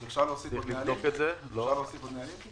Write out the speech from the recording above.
אז אפשר להוסיף עוד נהלים?